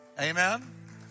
Amen